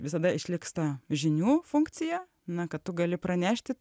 visada išliks ta žinių funkcija na kad tu gali pranešti